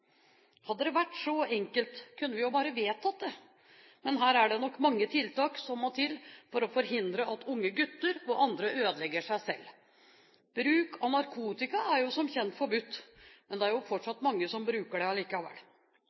Hadde det vært så enkelt, kunne vi jo bare vedtatt det, men her er det nok mange tiltak som må til for å forhindre at unge gutter og andre ødelegger seg selv. Bruk av narkotika er som kjent forbudt, men det er fortsatt mange som bruker det allikevel.